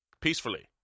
Peacefully